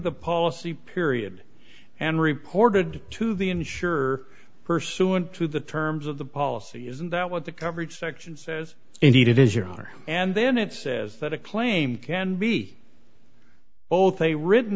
the policy period and reported to the insurer pursuant to the terms of the policy isn't that what the coverage section says indeed it is your honor and then it says that a claim can be both a written